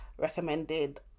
recommended